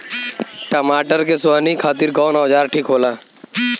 टमाटर के सोहनी खातिर कौन औजार ठीक होला?